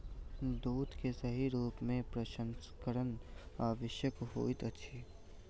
दूध के सही रूप में प्रसंस्करण आवश्यक होइत अछि